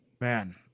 Man